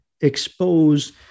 expose